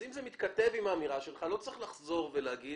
אם זה מתכתב עם האמירה שלך לא צריך לחזור על הדברים,